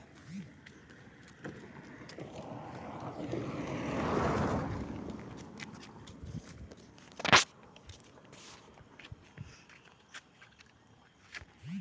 काली मिट्टी में कवन खाद डाले के चाही?